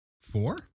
Four